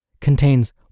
contains